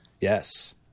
Yes